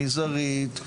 זרעית,